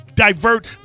Divert